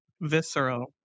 Visceral